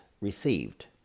received